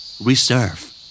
reserve